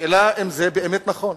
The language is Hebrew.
השאלה היא אם זה באמת נכון,